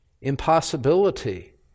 impossibility